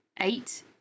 eight